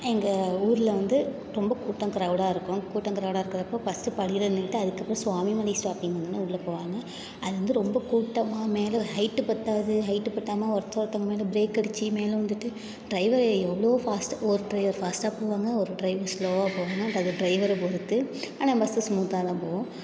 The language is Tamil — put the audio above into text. எங்கள் ஊரில் வந்து ரொம்ப கூட்டம் க்ரௌடாக இருக்கும் கூட்டம் க்ரௌடாக இருக்கிறப் போது பஸ்ட்டு படியில் நின்றிட்டு அதுக்கப்புறம் சுவாமிமலை ஸ்டாப்பிங்கில் வந்தவுன்னே உள்ளே போவாங்க அது வந்து ரொம்ப கூட்டமாக மேலே ஹைட்டு பற்றாது ஹைட்டு பற்றாம ஒருத்த ஒருத்தவங்க மேலே ப்ரேக் அடித்து மேலே விழுந்துட்டு ட்ரைவர் எவ்வளோ ஃபாஸ்ட் ஒரு ட்ரைவர் ஃபாஸ்ட்டாக போவாங்க ஒரு ட்ரைவர் ஸ்லோவாக போவாங்க அததது ட்ரைவரை பொறுத்து ஆனால் பஸ்ஸு ஸ்மூத்தாக தான் போகும்